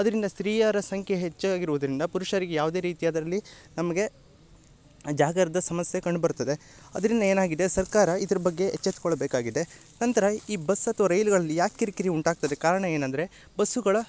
ಅದರಿಂದ ಸ್ತ್ರೀಯರ ಸಂಖ್ಯೆ ಹೆಚ್ಚಾಗಿರುದರಿಂದ ಪುರುಷರಿಗೆ ಯಾವುದೇ ರೀತಿ ಅದರಲ್ಲಿ ನಮಗೆ ಜಾಗರ್ದ ಸಮಸ್ಯೆ ಕಂಡು ಬರ್ತದೆ ಅದರಿಂದ ಏನಾಗಿದೆ ಸರ್ಕಾರ ಇದ್ರ ಬಗ್ಗೆ ಎಚ್ಚೆತ್ಕೊಳ್ಬೇಕಾಗಿದೆ ನಂತರ ಈ ಬಸ್ ಅಥ್ವ ರೈಲ್ಗಳಲ್ಲಿ ಯಾಕೆ ಕಿರಿಕಿರಿ ಉಂಟಾಗ್ತದೆ ಕಾರಣ ಏನಂದರೆ ಬಸ್ಸುಗಳ